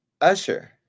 Usher